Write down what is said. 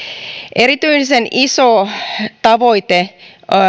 erityisen iso tavoite